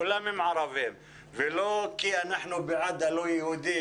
כולם ערבים ולא כי אנחנו בעד הלא יהודים.